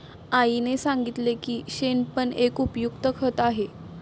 आईने सांगितले की शेण पण एक उपयुक्त खत आहे